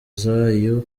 zayo